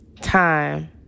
time